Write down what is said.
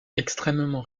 extrêmement